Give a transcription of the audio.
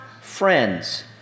friends